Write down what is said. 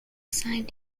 assigned